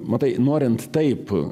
matai norint taip